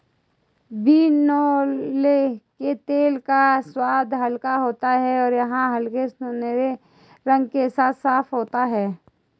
बिनौले के तेल का स्वाद हल्का होता है और यह हल्के सुनहरे रंग के साथ साफ होता है